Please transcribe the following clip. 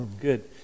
Good